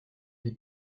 des